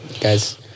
guys